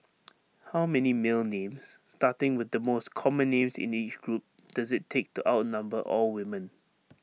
how many male names starting with the most common names in each group does IT take to outnumber all women